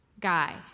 guy